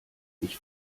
ich